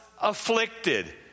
afflicted